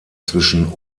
zwischen